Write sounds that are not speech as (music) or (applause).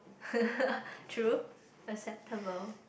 (laughs) true acceptable